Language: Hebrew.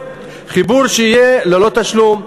חיבור שיהיה ללא תשלום.